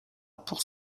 pour